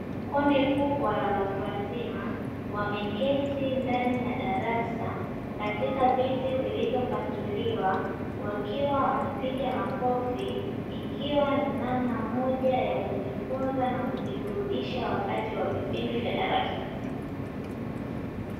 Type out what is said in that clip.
Kundi kubwa la watu wazima, wameketi ndani ya darasa, katika viti vilivyopangiliwa, wakiwa wanapiga makofi, ikiwa ni namna moja ya kujifunza na kujiburudisha wakati wa vipindi vya darasa.